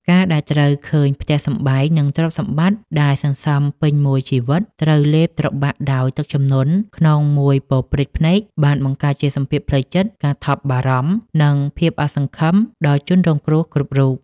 ការដែលត្រូវឃើញផ្ទះសម្បែង និងទ្រព្យសម្បត្តិដែលសន្សំពេញមួយជីវិត ត្រូវលេបត្របាក់ដោយទឹកជំនន់ក្នុងមួយប៉ព្រិចភ្នែក បានបង្កើតជាសម្ពាធផ្លូវចិត្ត ការថប់បារម្ភ និងភាពអស់សង្ឃឹមដល់ជនរងគ្រោះគ្រប់រូប។